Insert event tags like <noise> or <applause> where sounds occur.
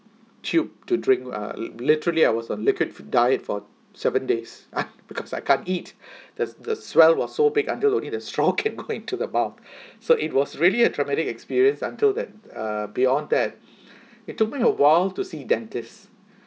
tube to drink uh literally I was on liquid diet for seven days ah because I can't eat <breath> there's the swell was so big until only the straw can go into the mouth <breath> so it was really a traumatic experience until that uh beyond that <breath> it took me a while to see dentists